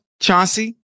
Chauncey